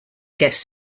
guest